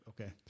Okay